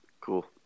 Cool